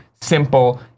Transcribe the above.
simple